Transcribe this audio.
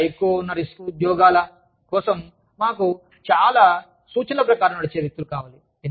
చాలా ఎక్కువ రిస్క్ ఉన్న ఉద్యోగాల కోసం మాకు చాలా సూచనల ప్రకారం నడిచే వ్యక్తులు కావాలి